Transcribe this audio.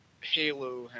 Halo